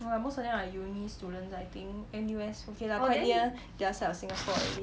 !wah! most of them are uni students I think N_U_S okay lah quite near the other side of singapore already